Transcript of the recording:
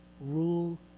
rule